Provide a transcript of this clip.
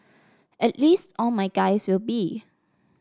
at least all my guys will be